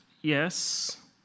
Yes